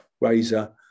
razor